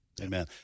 Amen